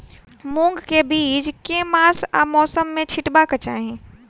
मूंग केँ बीज केँ मास आ मौसम मे छिटबाक चाहि?